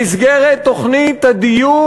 במסגרת תוכנית הדיור